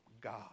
God